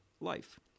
life